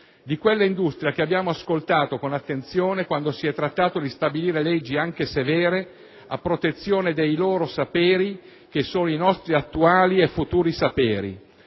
di quell'industria che abbiamo ascoltato con attenzione quando si è trattato di stabilire leggi, anche severe, a protezione dei loro saperi, che sono i nostri attuali e futuri saperi,